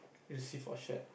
receive for shirt